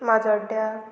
माजोड्या